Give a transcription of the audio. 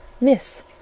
Miss—